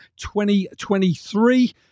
2023